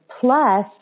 plus